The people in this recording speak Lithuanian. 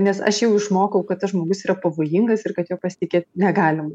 nes aš jau išmokau kad tas žmogus yra pavojingas ir kad juo pasitikėt negalima